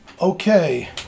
Okay